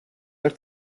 ერთ